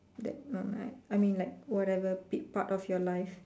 that moment I mean like whatever pit part of your life